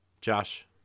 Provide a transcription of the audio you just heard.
Josh